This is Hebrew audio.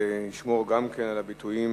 ישמור גם כן על ביטויים